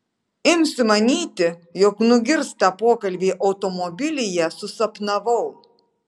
imsiu manyti jog nugirstą pokalbį automobilyje susapnavau